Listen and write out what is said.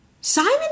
Simon